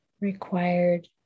required